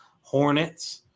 Hornets